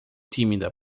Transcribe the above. tímida